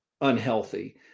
unhealthy